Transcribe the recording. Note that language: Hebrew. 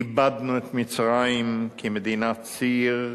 איבדנו את מצרים כמדינת ציר,